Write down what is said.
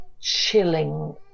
chilling